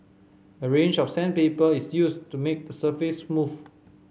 a range of sandpaper is used to make the surface smooth